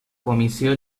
comissió